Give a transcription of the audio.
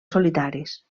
solitaris